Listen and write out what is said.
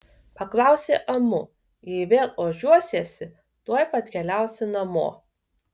paklausė amu jei vėl ožiuosiesi tuoj pat keliausi namo